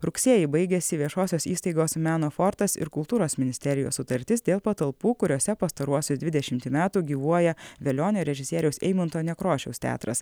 rugsėjį baigiasi viešosios įstaigos meno fortas ir kultūros ministerijos sutartis dėl patalpų kuriose pastaruosius dvidešimtį metų gyvuoja velionio režisieriaus eimunto nekrošiaus teatras